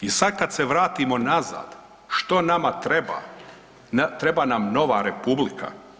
I sad kad se vratimo nazad što nama treba, treba nam nova republika.